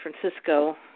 Francisco